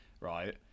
right